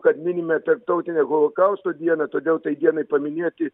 kad minime tarptautinę holokausto dieną todėl tai dienai paminėti